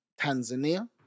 Tanzania